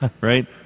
right